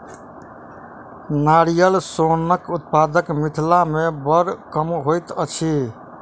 नारियल सोनक उत्पादन मिथिला मे बड़ कम होइत अछि